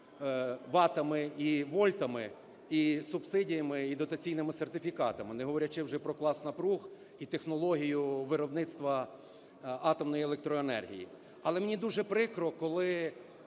ватами і вольтами, і субсидіями, і дотаційним сертифікатами, не говорячи вже про клас напруг і технологію виробництва атомної електроенергії. Але мені дуже прикро, коли